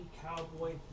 Cowboy